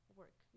work